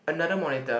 another monitor